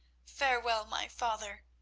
farewell, my father,